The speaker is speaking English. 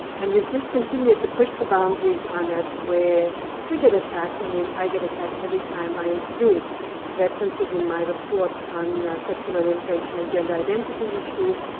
and we've just continued to push the boundaries on that, where we get attacked. i mean, i get attacked every time i include references in my reports on sexual orientation and gender identity issues.